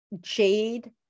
jade